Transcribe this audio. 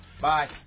Bye